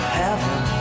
heaven